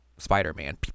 Spider-Man